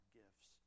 gifts